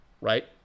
right